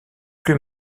plus